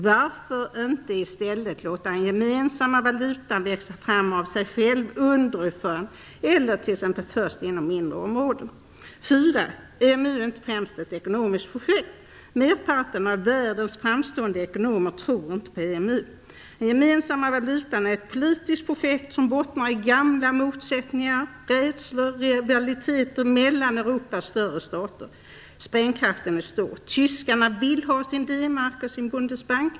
Varför låter man inte i stället en gemensam valuta växa fram av sig själv underifrån eller t.ex. först inom mindre områden? 4. EMU är inte främst ett ekonomiskt projekt. Merparten av världens framstående ekonomer tror inte på EMU. Den gemensamma valutan är ett politiskt projekt, som bottnar i gamla motsättningar, rädslor och rivaliteter mellan Europas större stater. Sprängkraften är stor. Tyskarna vill ha sin D-mark och sin Bundesbank.